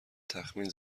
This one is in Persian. تخمین